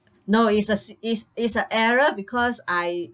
no is a s~ is is a error because I